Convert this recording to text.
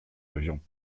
avion